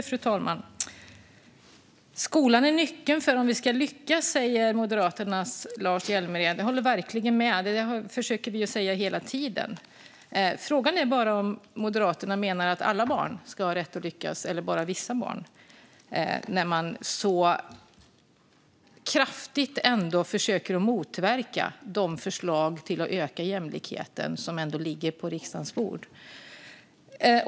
Fru talman! Skolan är nyckeln om vi ska lyckas, säger Moderaternas Lars Hjälmered. Jag håller verkligen med; det försöker vi säga hela tiden. Frågan är bara om Moderaterna menar att alla barn eller bara vissa barn ska ha rätt att lyckas, när man så kraftigt försöker motverka de förslag för att öka jämlikheten som ligger på riksdagens bord.